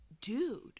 dude